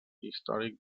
històric